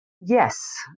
Yes